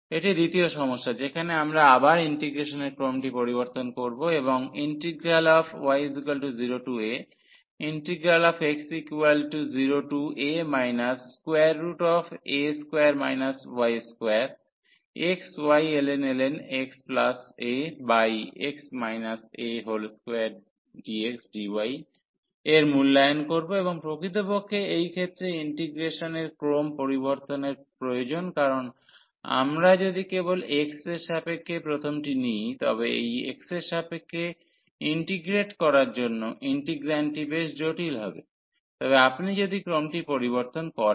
এটি দ্বিতীয় সমস্যা যেখানে আমরা আবার ইন্টিগ্রেশনের ক্রমটি পরিবর্তন করব এবং y0ax0a xyln xa x a2dxdy এর মূল্যায়ন করব এবং প্রকৃতপক্ষে এই ক্ষেত্রে ইন্টিগ্রেশনের ক্রম পরিবর্তন প্রয়োজন কারণ আমরা যদি কেবল x এর সাপেক্ষে প্রথমটি নিই তবে এই x এর সাপেক্ষে ইন্টিগ্রেট করার জন্য ইন্টিগ্রান্ডটি বেশ জটিল হবে তবে আপনি যদি ক্রমটি পরিবর্তন করেন